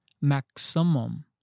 maximum